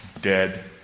dead